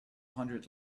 hundred